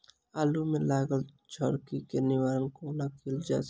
आलु मे लागल झरकी केँ निवारण कोना कैल जाय छै?